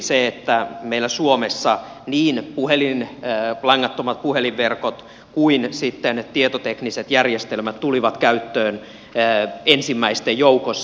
se että meillä suomessa niin langattomat puhelinverkot kuin sitten tietotekniset järjestelmät tulivat käyttöön ensimmäisten joukossa